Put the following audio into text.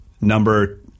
number